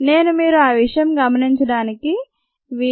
నేను మీరు ఆ విషయం గుర్తించడానికి వీలు